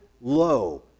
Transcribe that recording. low